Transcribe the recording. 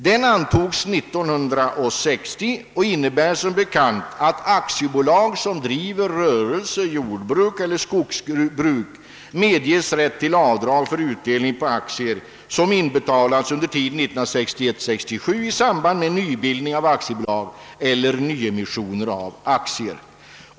Den antogs 1960 och innebär som bekant att aktiebolag som driver rörelse, jordbruk eller skogsbruk medges rätt till avdrag för utdelning på aktier som inbetalats under tiden 1961 —1967 i samband med nybildning av aktiebolag eller nyemissioner av aktier.